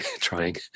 trying